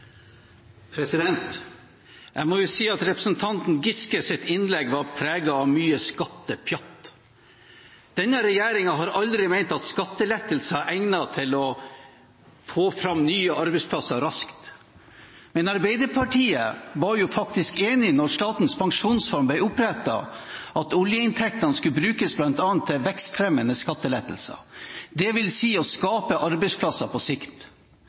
Jeg må si at representanten Giskes innlegg var preget av mye skattepjatt. Denne regjeringen har aldri ment at skattelettelser er egnet til å få fram nye arbeidsplasser raskt. Men Arbeiderpartiet var faktisk enig da Statens pensjonsfond ble opprettet, om at oljeinntektene skulle brukes bl.a. til vekstfremmende skattelettelser, dvs. å skape arbeidsplasser på sikt.